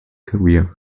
career